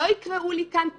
לא יקראו לי כאן "קש",